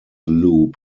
loop